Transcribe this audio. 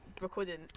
recording